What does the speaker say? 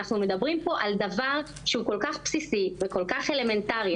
אנחנו מדברים פה על דבר שהוא כל כך בסיסי וכל כך אלמנטרי,